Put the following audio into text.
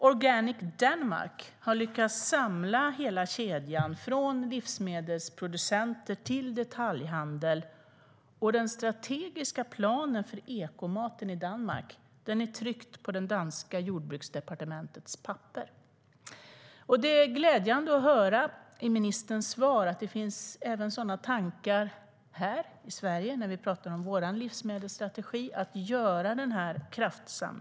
Organic Denmark har lyckats samla hela kedjan från livsmedelsproducenter till detaljhandel, och den strategiska planen för ekomaten i Danmark är tryckt på det danska jordbruksdepartementets papper. Det är glädjande att i ministerns svar höra att det finns sådana tankar även här i Sverige om att göra denna kraftsamling när vi talar om vår livsmedelsstrategi.